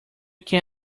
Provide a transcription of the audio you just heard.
can